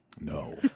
No